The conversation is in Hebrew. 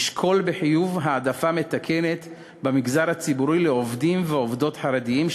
ישקול בחיוב העדפה מתקנת במגזר הציבורי לעובדים ועובדות חרדים,